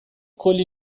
کلی